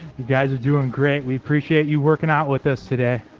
guys are doing great we appreciate you working out with us today